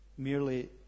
merely